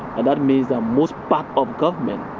and that means that most back of government,